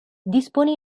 dispone